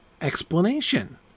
explanation